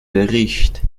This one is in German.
bericht